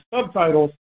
subtitles